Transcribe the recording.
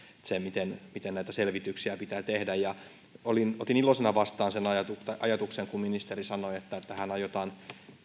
se miten miten näitä selvityksiä pitää tehdä otin iloisena vastaan sen ajatuksen ajatuksen kun ministeri sanoi että tähän aiotaan